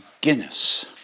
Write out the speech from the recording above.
Guinness